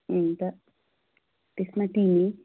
अन्त त्यसमा तिमी